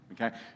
Okay